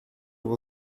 will